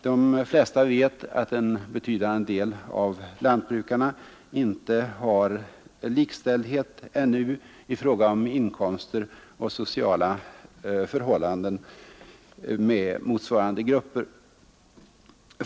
De flesta vet att en betydande del av jordbrukarna ännu inte har likställdhet med motsvarande grupper i fråga om inkomster och sociala förhållanden.